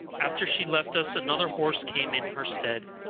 after she left us another horse came in her stead.